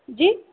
जी